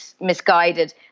misguided